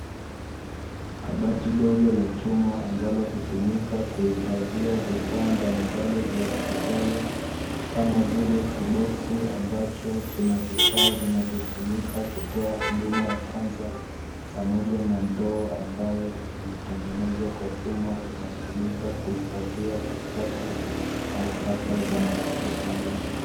Kabati dogo la chuma, ambalo hutumika kuhifadhia vifaa mbalimbali vya hospitali, kama vile; kiboksi, ambacho kina vifaa vinavyotumika kutoa huduma ya kwanza pamoja na ndoo ambayo imetengenezwa kwa chuma, a inayotumka kuhifadhia uchafu au taka za mahospitalini.